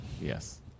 Yes